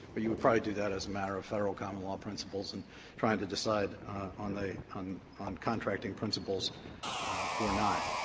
but you would probably do that as a matter of federal common law principles, and trying to decide on the on on contracting principles or not.